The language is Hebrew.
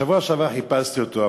בשבוע שעבר חיפשתי אותו,